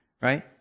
right